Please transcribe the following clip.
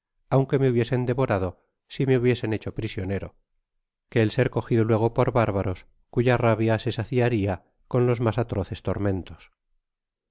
aunque me hubiesen devorado si me hubiesen hecho p isionero que el ser cogido luego por bárbaros cuya rabia se saciaria con los mas atroces tormentos